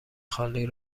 خالی